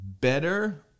better